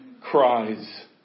cries